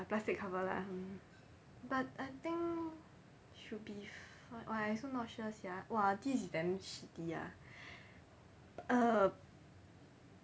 the plastic cover lah mm but I think should be fine !wah! I also not sure sia !wah! this is damn shitty ah um